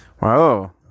Wow